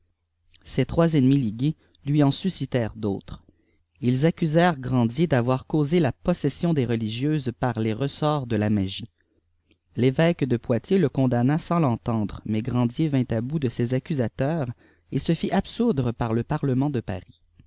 ces trois ennemis ligués lui en suscitèrent d'autres ils accusèrent grandier d'avoir causé la possession des religieuses par les ressorts de la magie l'évêque de poitiers le condamna sans l'entendre mais grandier vint à bout de ses accusateurs et se fit absoudre par le parlement de paris